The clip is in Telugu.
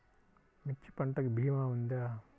మిర్చి పంటకి భీమా ఉందా?